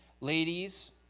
Ladies